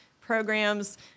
programs